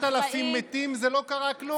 בטח, 6,000 מתים זה "לא קרה כלום"?